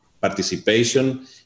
participation